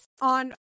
on